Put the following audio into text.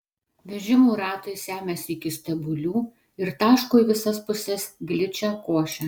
vežimų ratai semiasi iki stebulių ir taško į visas puses gličią košę